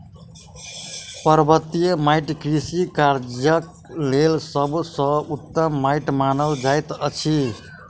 पर्वतीय माइट कृषि कार्यक लेल सभ सॅ उत्तम माइट मानल जाइत अछि